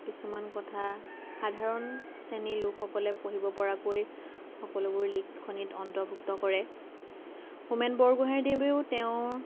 কিছুমান কথা সাধাৰণ শ্ৰেণীৰ লোকসকলে পঢ়িব পৰাকৈ সকলোবোৰ লিখনিত অন্তৰ্ভূত কৰে হোমেন বৰগোহাঞি দেৱেও তেওঁৰ